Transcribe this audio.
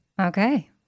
okay